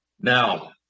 Now